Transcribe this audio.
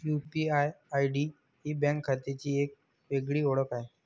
UPI ID ही bank खात्याची एक वेगळी ओळख आहे